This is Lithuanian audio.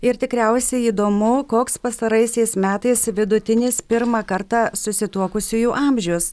ir tikriausiai įdomu koks pastaraisiais metais vidutinis pirmą kartą susituokusiųjų amžius